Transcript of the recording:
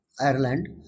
Ireland